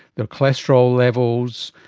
their cholesterol levels,